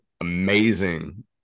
amazing